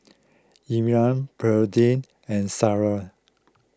Elmyra Berdie and Selah